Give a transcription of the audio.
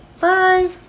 Bye